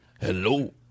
Hello